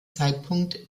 zeitpunkt